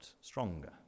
Stronger